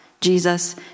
Jesus